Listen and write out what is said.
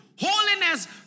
Holiness